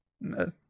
No